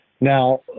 Now